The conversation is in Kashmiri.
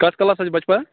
کَتھ کلاسَس چھُ بَچہٕ پَران